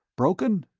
broken?